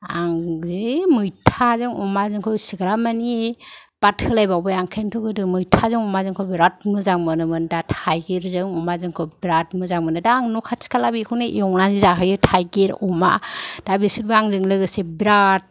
आं जि मैथाजों अमाजोंखौ इसिग्राब मानि बाद होलायबावबाय आं खिनथु गोदो मैथादों अमाजोंखौ बिराद मोजां मोनोमोन दा थाइगिरजों अमाजोंखौ बिराद मोजां मोनो दा आं न' खाथि खाला बेखौनो एवनानै जाहोयो थाइगिर अमा दा बिसोरबो आंजों लोगोसे बिराद